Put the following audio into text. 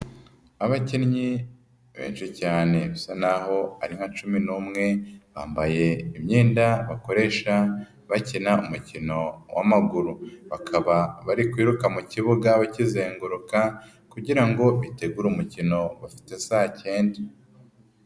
Abakinnyi benshi cyane bisa n'aho ari nka cumi n'umwe bambaye imyenda bakoresha bakina umukino w'amaguru, bakaba bari kwiruka mu kibuga bakizenguruka kugira ngo bitegure umukino bafite saa cyenda.